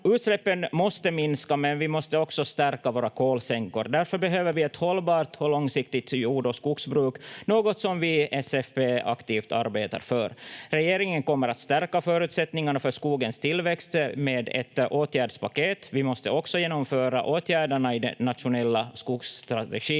Utsläppen måste minska, men vi måste också stärka våra kolsänkor. Därför behöver vi ett hållbart och långsiktigt jord- och skogsbruk, något som vi i SFP aktivt arbetar för. Regeringen kommer att stärka förutsättningarna för skogens tillväxt med ett åtgärdspaket. Vi måste också genomföra åtgärderna i den nationella skogsstrategin.